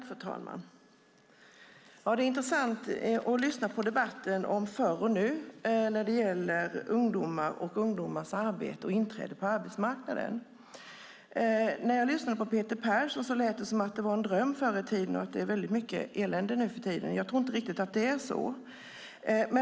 Fru talman! Det är intressant att lyssna på debatten om förr och nu när det gäller ungdomar, ungdomars arbete och inträde på arbetsmarknaden. På Peter Persson lät det som att det var en dröm förr i tiden och att det är mycket elände nu för tiden. Jag tror inte riktigt att det är så.